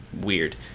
weird